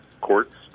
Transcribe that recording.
Courts